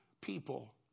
people